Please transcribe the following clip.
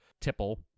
tipple